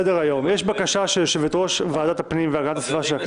סדר-היום: יש בקשה של יושבת-ראש ועדת הפנים והגנת הסביבה של